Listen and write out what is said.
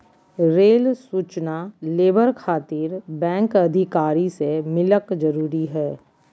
Rail सूचना labour खातिर bank अधिकारी से मिलक जरूरी है?